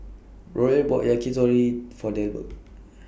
Royal bought Yakitori For Delbert